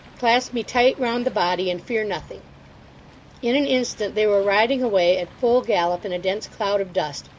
clasp me tight round the body, and fear nothing in an instant they were riding away, at full gallop, in a dense cloud of dust,